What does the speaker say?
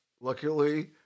Luckily